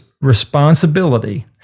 responsibility